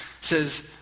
says